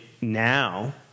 now